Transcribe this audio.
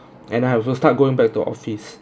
and I also start going back to office